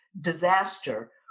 disaster